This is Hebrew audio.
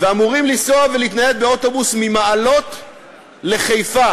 ואמורים לנסוע ולהתנייד באוטובוס ממעלות לחיפה,